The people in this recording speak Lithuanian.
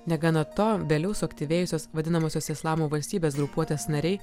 negana to vėliau suaktyvėjusios vadinamosios islamo valstybės grupuotės nariai